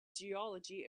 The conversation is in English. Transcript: geology